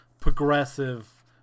progressive